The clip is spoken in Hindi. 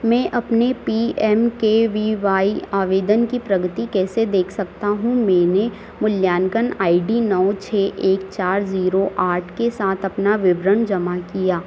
मैं अपने P M K V Y आवेदन की प्रगति कैसे देख सकता हूँ मैंने मूल्यान्कन आई डी नौ छह एक चार ज़ीरो आठ के साथ अपना विवरण जमा किया